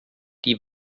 die